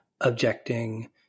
objecting